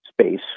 space